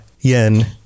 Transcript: Yen